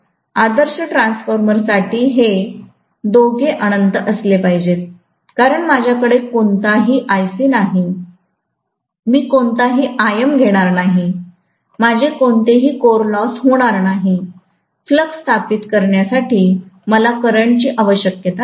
तर आदर्श ट्रान्सफॉर्मर साठी हे दोघे अनंत असले पाहिजेत कारण माझ्याकडे कोणताही Ic नाही मी कोणताही Im घेणार नाही माझे कोणते ही कोर लॉस होणार नाही फ्लक्स स्थापित करण्यासाठी मला करंटची आवश्यकता नाही